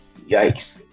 Yikes